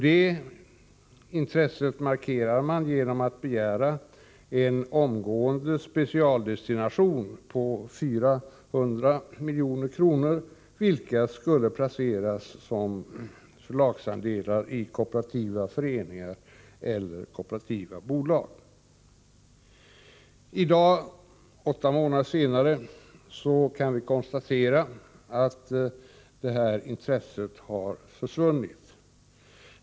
Det intresset markerade man genom att begära en omgående specialdestination på 400 milj.kr., vilka skulle placeras som förlagsandelar i kooperativa föreningar eller kooperativa bolag. I dag — åtta månader senare — kan vi konstatera att detta intresse har försvunnit.